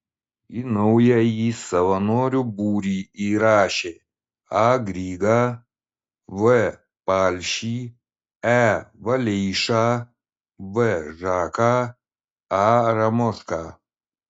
į naująjį savanorių būrį įrašė a grygą v palšį e valeišą v žaką a ramošką